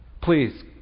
Please